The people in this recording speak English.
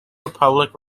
republic